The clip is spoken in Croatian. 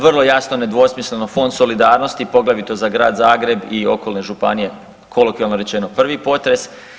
Vrlo jasno, nedvosmisleno Fond solidarnosti, poglavito za Grad Zagreb i okolne županije kolokvijalno rečeno prvi potres.